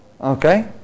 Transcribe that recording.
Okay